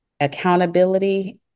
accountability